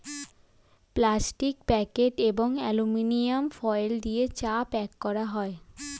plastic packet এবং aluminium foil দিয়ে চা প্যাক করা হয়